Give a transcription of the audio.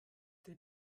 der